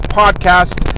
podcast